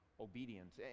obedience